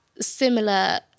similar